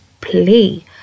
play